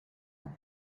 with